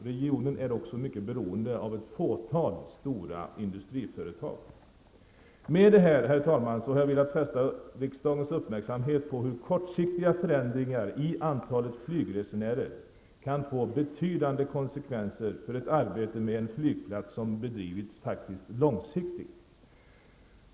Regionen är också mycket beroende av ett fåtal stora industriföretag. Med det här, herr talman, har jag velat fästa riksdagens uppmärksamhet på hur kortsiktiga förändringar i antalet flygresenärer kan få betydande konsekvenser för ett arbete med en flygplats som faktiskt bedrivits långsiktigt.